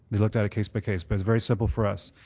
we looked at it case by case but it's very simple for us.